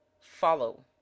Follow